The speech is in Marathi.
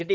डी